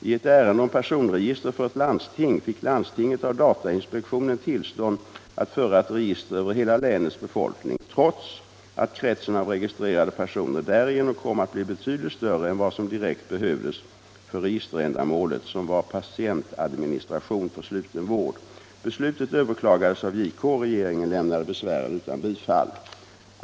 I ett ärende om personregister för ett landsting fick landstinget av datainspektionen tillstånd att föra ett register över hela länets befolkning, trots att kretsen av registrerade personer därigenom kom att bli betydligt större än vad som direkt behövdes för registerändamålet, som var patientadministration för sluten vård. Beslutet överklagades av JK. Regeringen lämnade besvären utan bifall.